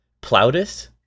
Plautus